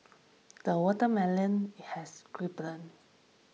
the watermelon has ripened